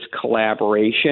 collaboration